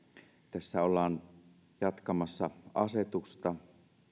tässä ollaan jatkamassa asetusta